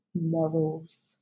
morals